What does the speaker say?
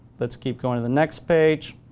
let's keep going to the next page.